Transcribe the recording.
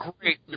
great